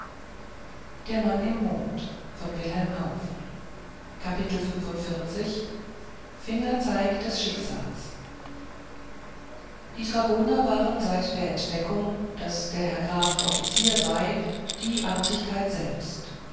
fingerzeig des schicksals die dragoner waren seit der entdeckung daß der graf offizier sei die artigkeit selbst